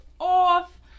off